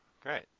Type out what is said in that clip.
great